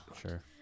Sure